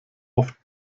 oft